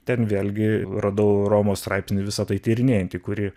ten vėlgi radau romo straipsnį visa tai tyrinėjantį kurį